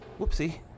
Whoopsie